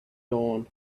dawn